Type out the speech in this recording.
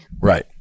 Right